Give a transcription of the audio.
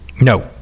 No